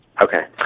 Okay